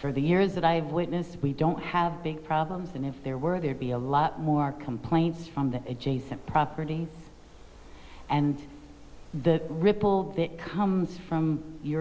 for the years that i've witnessed we don't have big problems and if there were there be a lot more complaints from the adjacent properties and the ripple that comes from your